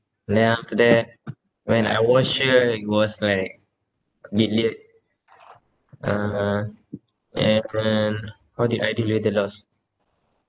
then after that when I was sure it was like really uh happened how did I deal with the loss